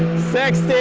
sexy